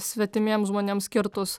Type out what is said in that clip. svetimiems žmonėms skirtus